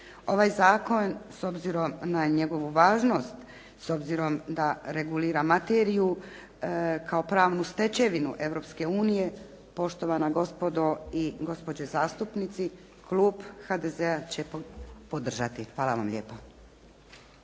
Ovaj zakon s obzirom na njegovu važnost, s obzirom da regulira materiju kao pravnu stečevinu Europske unije poštovana gospodo i gospođe zastupnici Klub HDZ-a će podržati. Hvala vam lijepo.